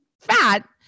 fat